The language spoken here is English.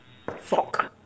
fork